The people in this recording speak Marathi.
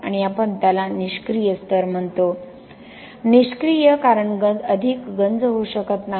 आणि आपण त्याला निष्क्रिय स्तर म्हणतो निष्क्रिय कारण अधिक गंज होऊ शकत नाही